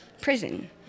prison